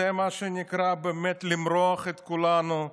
זה מה שנקרא באמת למרוח את כולנו,